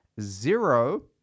zero